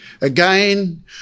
Again